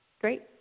Great